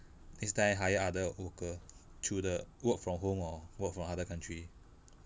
next time hire other worker through the work from home or work from other country